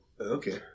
Okay